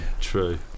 true